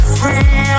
free